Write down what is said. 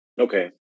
Okay